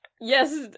Yes